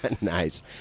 Nice